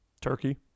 Turkey